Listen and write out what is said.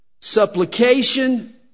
supplication